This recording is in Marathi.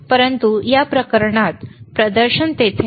परंतु या प्रकरणात उजवीकडे प्रदर्शन तेथे नाही